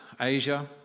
Asia